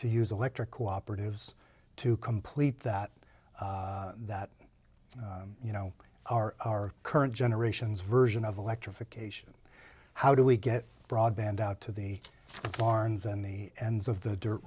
to use electric cooperatives to complete that that you know our current generations version of electrification how do we get broadband out to the barns and the ends of the dirt